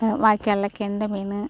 வாய்க்கால்ல கெண்டை மீன்